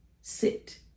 Sit